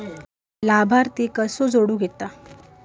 लाभार्थी कसा जोडता येता?